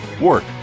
work